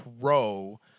Pro